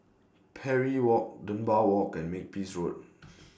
Parry Walk Dunbar Walk and Makepeace Road